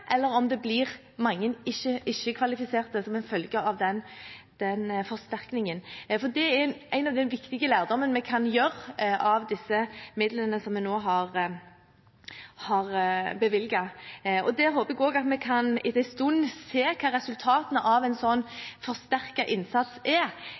eller om det blir mange ikke-kvalifiserte som en følge av den forsterkningen, for det kan vi ta viktig lærdom av. Jeg håper også at vi etter en stund kan se hva som blir resultatene av en sånn forsterket innsats – av disse midlene som vi nå har bevilget. Er det